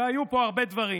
והיו פה הרבה דברים.